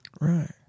Right